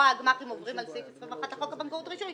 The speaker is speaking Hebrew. הגמ"חים עוברים על סעיף 21 לחוק הבנקאות (רישוי),